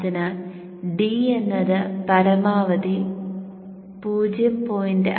അതിനാൽ D എന്നത് പരമാവധി 0